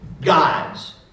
gods